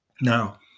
now